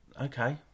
Okay